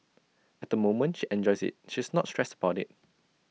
at the moment she enjoys IT she's not stressed about IT